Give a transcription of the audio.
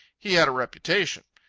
he had a reputation.